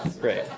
Great